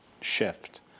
shift